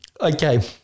Okay